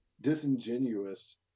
disingenuous